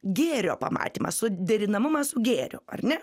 gėrio pamatymą suderinamumą su gėriu ar ne